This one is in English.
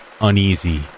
uneasy